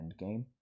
Endgame